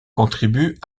contribue